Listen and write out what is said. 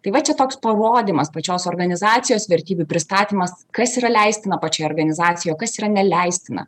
tai va čia toks parodymas pačios organizacijos vertybių pristatymas kas yra leistina pačioj organizacijoj kas yra neleistina